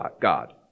God